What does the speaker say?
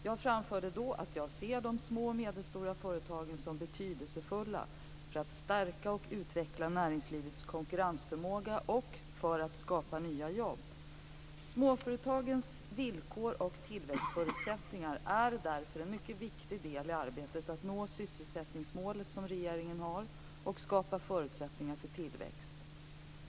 Jag framförde då att jag ser de små och medelstora företagen som betydelsefulla för att stärka och utveckla näringslivets konkurrensförmåga och för att skapa nya jobb. Småföretagens villkor och tillväxtförutsättningar är därför en mycket viktig del i arbetet med att nå regeringens sysselsättningsmål och att skapa förutsättningar för tillväxt.